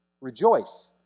Rejoice